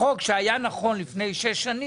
החוק שהיה נכון לפני שש שנים,